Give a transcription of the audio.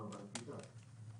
כלומר בנחיתה,